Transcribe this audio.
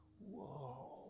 Whoa